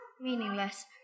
meaningless